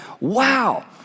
Wow